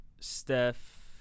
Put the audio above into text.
Steph